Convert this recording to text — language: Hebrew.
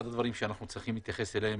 אחד הדברים שאנחנו צריכים להתייחס אליהם,